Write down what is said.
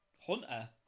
Hunter